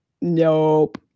Nope